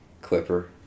Clipper